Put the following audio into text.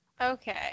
Okay